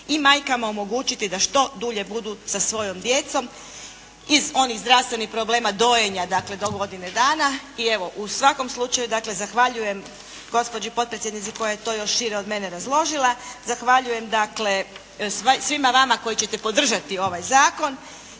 i majkama omogućiti da što dulje budu sa svojom djecom iz onih zdravstvenih problema. dojenja do godine dana. I u svakom slučaju zahvaljujem gospođi potpredsjednici koja je to još šire od mene razložila. Zahvaljujem svima vama koji ćete podržati ovaj zakon.